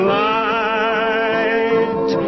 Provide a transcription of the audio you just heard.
light